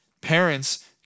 Parents